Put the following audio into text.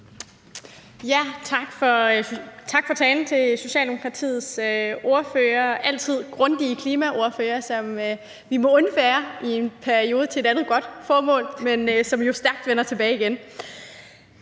Tak for talen til Socialdemokratiets altid grundige klimaordfører, som vi må undvære i en periode til et andet godt formål, men som jo vender stærkt tilbage igen.